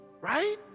Right